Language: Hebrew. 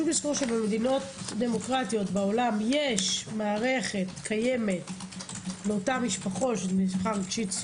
במדינות דמוקרטיות בעולם יש מערכת קיימת לאותן משפחות שזה תמיכה רגשית,